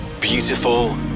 beautiful